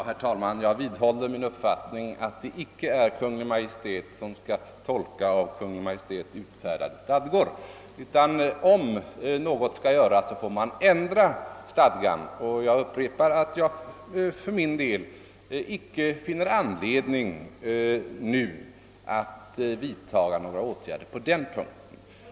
Herr talman! Jag vidhåller min uppfattning att det inte är Kungl. Maj:t som skall tolka av Kungl. Maj:t utfärdade stadgor. Om något skall göras får man ändra stadgan, och jag upprepar att jag för min del inte finner anledning att nu vidta åtgärder på den punkten.